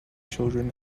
children